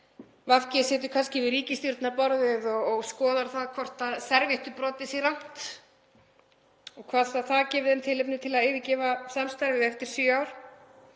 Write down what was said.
VG situr kannski við ríkisstjórnarborðið og skoðar það hvort servéttubrotið sé rangt og hvort það gefi þeim tilefni til að yfirgefa samstarfið eftir sjö ár.